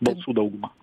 balsų dauguma